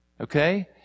Okay